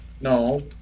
No